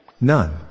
None